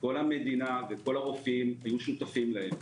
כל המדינה וכל הרופאים היו שותפים להם.